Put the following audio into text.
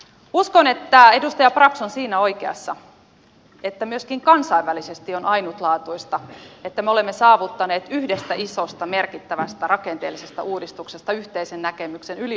uskon että edustaja brax on siinä oikeassa että myöskin kansainvälisesti on ainutlaatuista että me olemme saavuttaneet yhdestä isosta merkittävästä rakenteellisesta uudistuksesta yhteisen näkemyksen yli oppositiohallitus rajojen